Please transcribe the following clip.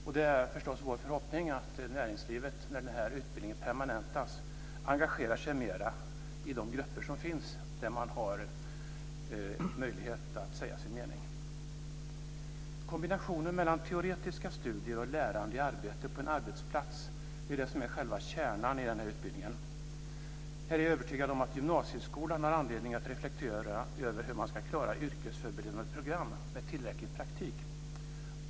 Det är förstås vår förhoppning att näringslivet, när den här utbildningen permanentas, engagerar sig mera i de grupper som finns där man har möjlighet att säga sin mening. Kombinationen mellan teoretiska studier och lärande i arbete på en arbetsplats är det som är själva kärnan i den här utbildningen. Jag är övertygad om att gymnasieskolan har anledning att reflektera över hur man ska klara yrkesförberedande program med tillräcklig praktik.